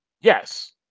yes